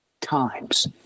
times